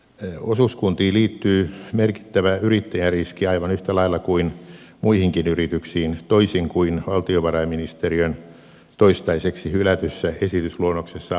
osuuskuntiin liittyy merkittävä yrittäjäriski aivan yhtä lailla kuin muihinkin yrityksiin toisin kuin valtiovarainministeriön toistaiseksi hylätyssä esitysluonnoksessa arvioitiin